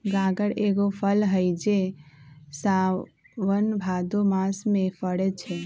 गागर एगो फल हइ जे साओन भादो मास में फरै छै